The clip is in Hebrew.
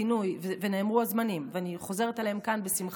ונאמרו הזמנים, ואני חוזרת עליהם כאן בשמחה: